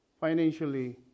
financially